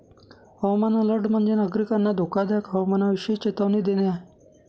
हवामान अलर्ट म्हणजे, नागरिकांना धोकादायक हवामानाविषयी चेतावणी देणे आहे